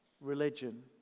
religion